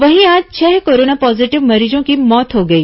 वहीं आज छह कोरोना पॉजीटिव मरीजों की मौत हो गई